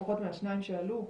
לפחות מהשניים שעלו,